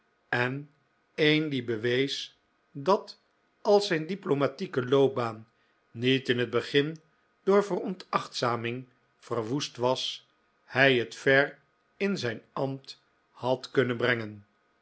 en een die bewees dat als zijn diplomatieke loopbaan niet in het begin door veronachtzaming verwoest was hij het ver in zijn ambt had kunnen brengen